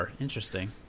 Interesting